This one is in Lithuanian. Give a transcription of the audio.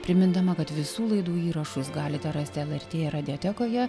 primindama kad visų laidų įrašus galite rasti lrt radiotekoje